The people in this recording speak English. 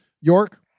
York